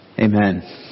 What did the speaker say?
Amen